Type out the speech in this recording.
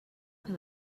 que